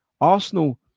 Arsenal